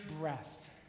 breath